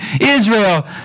Israel